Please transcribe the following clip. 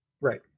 Right